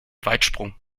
weitsprung